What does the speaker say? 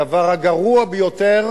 הדבר הגרוע ביותר